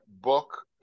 book